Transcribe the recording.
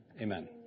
Amen